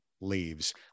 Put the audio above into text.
leaves